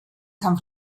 san